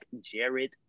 Jared